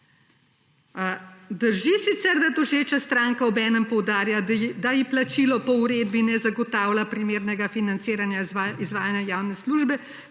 »Drži sicer, da tožeča stranka obenem poudarja, da ji plačilo po uredbi ne zagotavlja primernega financiranja izvajanja javne službe